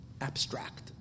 abstract